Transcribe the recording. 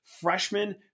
freshman